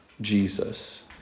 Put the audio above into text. Jesus